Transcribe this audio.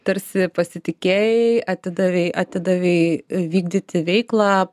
tarsi pasitikėjai atidavei atidavei vykdyti veiklą